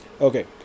Okay